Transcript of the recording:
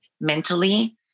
mentally